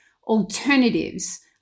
Alternatives